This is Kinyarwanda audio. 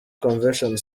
convention